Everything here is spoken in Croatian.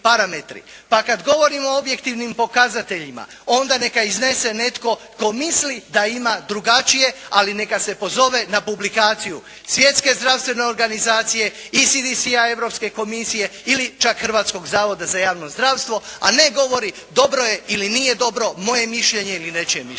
Pa kad govorimo o objektivnim pokazateljima onda neka iznese netko tko misli da ima drugačije ali neka se pozove na publikaciju Svjetske zdravstvene organizacije, ECDCI Europske komisije ili čak hrvatskog zavoda za javno zdravstvo a ne govori dobro je ili nije dobro moje mišljenje ili nečije mišljenje.